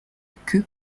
queue